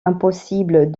impossible